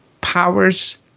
powers